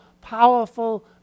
powerful